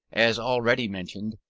as already mentioned,